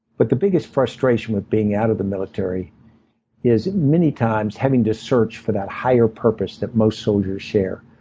but the biggest frustration with being out of the military is, many times, having to search for that higher purpose that most soldiers share.